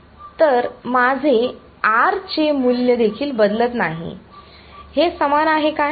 तर माझे R चे मूल्य देखील बदलत नाही हे समान आहे काय